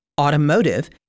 automotive